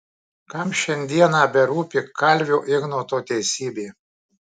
kam šiandieną berūpi kalvio ignoto teisybė